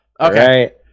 Okay